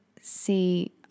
see